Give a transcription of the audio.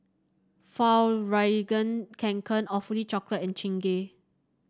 Fjallraven Kanken Awfully Chocolate and Chingay